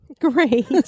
Great